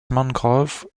mangrove